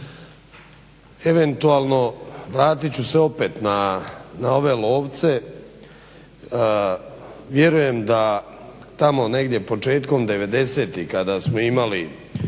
Eventualno vratit ću se opet na ove lovce. Vjerujem da tamo negdje početkom devedesetih kada smo imali